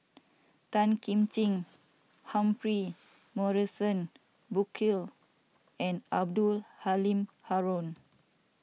Tan Kim Ching Humphrey Morrison Burkill and Abdul Halim Haron